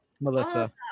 Melissa